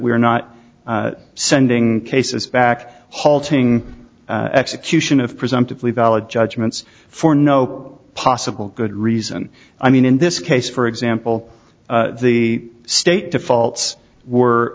we are not sending cases back halting execution of presumptively valid judgments for no possible good reason i mean in this case for example the state defaults were